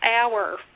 hour